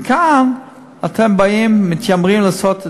וכאן אתם באים, מתיימרים לעשות הלכות,